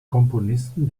komponisten